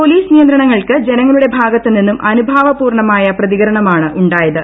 police നിയന്ത്രണങ്ങൾക്ക് ജനങ്ങളുടെ ഭാഗത്ത് നിന്നും അനുഭാവ പൂർണമായ പ്രതികരണമാണ് ഉണ്ടായത്